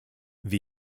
wie